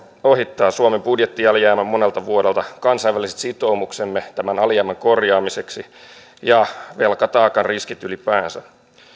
ohittaa suomen budjettialijäämän monelta vuodelta kansainväliset sitoumuksemme tämän alijäämän korjaamiseksi ja velkataakan riskit ylipäänsä